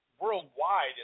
worldwide